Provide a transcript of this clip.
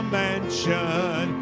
mansion